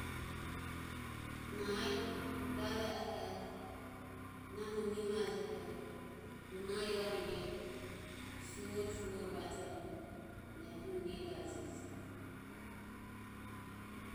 Na ai gave oho nahu nimajoho huhu nahi orire suvoro suvoro vajeoho na ehuro nejajeje